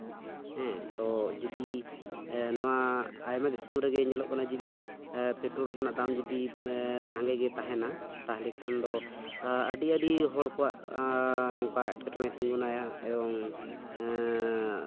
ᱦᱮᱸ ᱛᱚ ᱡᱩᱫᱤ ᱱᱚᱣᱟ ᱟᱭᱢᱟ ᱫᱤᱥᱚᱢ ᱨᱮᱜᱮ ᱧᱮᱞᱚᱜ ᱠᱟᱱᱟ ᱡᱩᱫᱤ ᱯᱮᱴᱨᱳᱞ ᱨᱮᱱᱟᱜ ᱫᱟᱢ ᱡᱩᱫᱤ ᱥᱟᱸᱜᱮ ᱜᱮ ᱛᱟᱦᱮᱱᱟ ᱛᱟᱦᱞᱮ ᱠᱷᱟᱱ ᱫᱚ ᱟᱹᱰᱤ ᱟᱹᱰᱤ ᱦᱚᱲ ᱠᱚᱣᱟᱜ ᱱᱚᱝᱠᱟ ᱮᱴᱠᱮᱴᱚᱬᱮ ᱛᱤᱸᱜᱩᱱᱟ ᱮᱵᱚᱝ